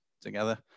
together